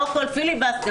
לא הכול פיליבסטר,